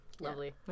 Lovely